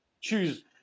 choose